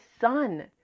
son